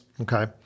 Okay